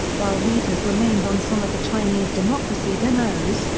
while reed has remained on some of the chinese democracy demos,